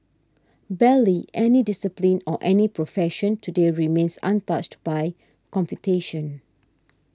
barely any discipline or any profession today remains untouched by computation